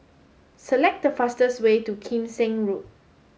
select the fastest way to Kim Seng Road